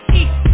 east